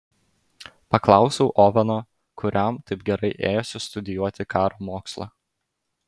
paklausiau oveno kuriam taip gerai ėjosi studijuoti karo mokslą